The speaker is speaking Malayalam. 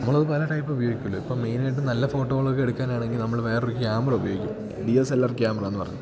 അത് പല ടൈപ്പ് ഉപയോഗിക്കുമല്ലോ ഇപ്പോൾ മെയിനായിട്ട് നല്ല ഫോട്ടോകളൊക്കെ എടുക്കാനാണെങ്കിൽ നമ്മൾ വേറൊരു ക്യാമറ ഉപയോഗിക്കും ക്യാമറയെന്നു പറഞ്ഞ്